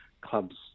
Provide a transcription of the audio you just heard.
clubs